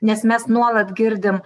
nes mes nuolat girdim